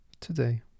today